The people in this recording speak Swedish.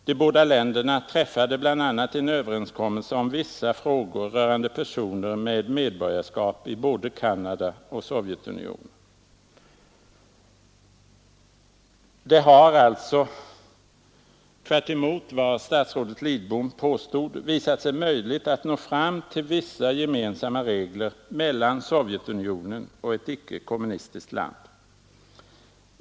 De båda länderna träffade bl.a. en överenskommelse om vissa frågor rörande personer med medborgarskap i både Canada och Sovjetunionen. Det har alltså, tvärtemot vad statsrådet Lidbom påstod, visat sig möjligt att nå fram till vissa gemensamma regler mellan Sovjetunionen och ett icke-kommunistiskt land.